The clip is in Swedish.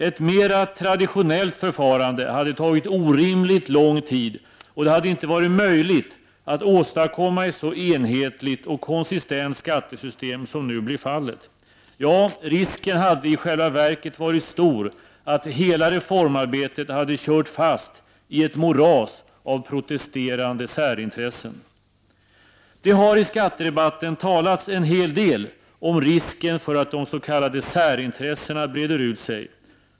Ett mera traditionellt förfarande hade tagit orimligt lång tid, och det hade inte varit möjligt att åstadkomma ett så enhetligt och konsistent skattesystem som nu blir fallet. Ja, risken hade i själva verket varit stor att hela reformarbetet hade kört fast i ett moras av protesterande särintressen. Det har i skattedebatten talats en hel del om risken för att de s.k. särintressena breder ut sig.